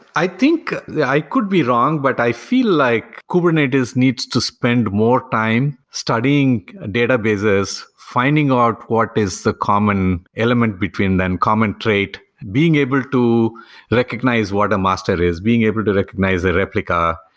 i think i could be wrong, but i feel like kubernetes needs to spend more time studying databases, finding out what is the common element between them, common trait, being able to recognize what a master is, being able to recognize a replica,